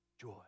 Joy